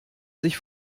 sich